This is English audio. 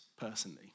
personally